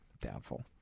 Doubtful